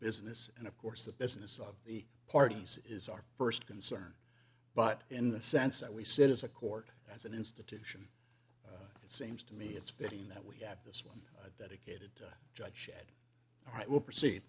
business and of course the business of the parties is our first concern but in the sense that we sit as a court as an institution it seems to me it's been that we have this one dedicated judge said all right we'll